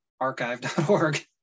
archive.org